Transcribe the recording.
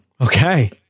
Okay